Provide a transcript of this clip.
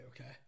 okay